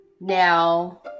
Now